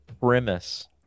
premise